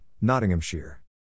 Nottinghamshire